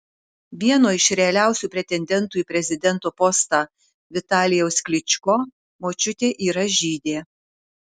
vieno iš realiausių pretendentų į prezidento postą vitalijaus klyčko močiutė yra žydė